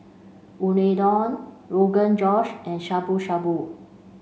Unadon Rogan Josh and Shabu Shabu